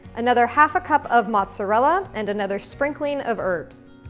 another half a cup of mozzarella, and another sprinkling of herbs.